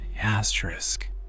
Asterisk